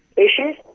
issues